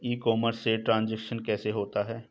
ई commerce में transaction कैसे होता है?